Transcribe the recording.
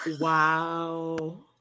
Wow